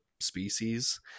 species